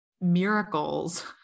miracles